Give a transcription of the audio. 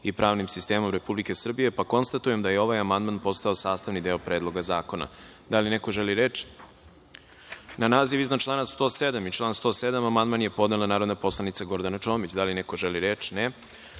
i pravnim sistemom Republike Srbije. Konstatujem da je ovaj amandman postao sastavni deo Predloga zakona. Da li neko želi reč? (Ne)Na naziv iznad člana 107. i član 107. amandman je podnela narodna poslanica Gordana Čomić. Da li neko želi reč?